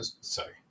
sorry